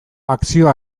akzio